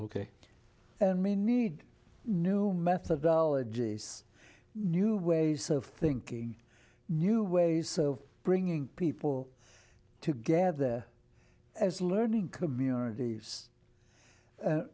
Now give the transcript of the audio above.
and may need new methodology new ways of thinking new ways of bringing people together as learning communities